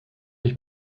ich